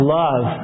love